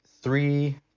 three